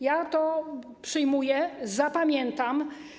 Ja to przyjmuję, zapamiętam.